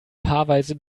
paarweise